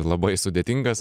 labai sudėtingas